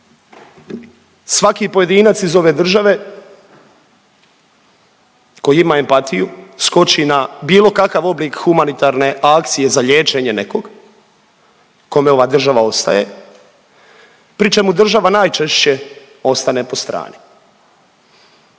svaki pojedinac iz ove države koji ima empatiju skoči na bilo kakav oblik humanitarne akcije za liječenje nekog kome ova država ostaje, pri čemu država najčešće ostane po strani.